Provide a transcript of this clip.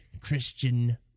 Christian